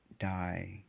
die